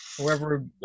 whoever